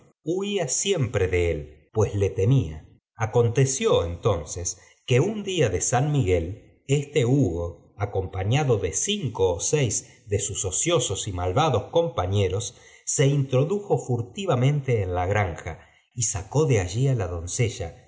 huía siempre de él pues lo temía acónteció entonces que un día de san miguel este hugo acompañado de cinco ó seis de sus ociosos y malvados compañeros se introdujo furtivamente en la granja y sacó de allí á la doncella